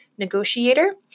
negotiator